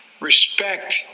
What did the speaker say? respect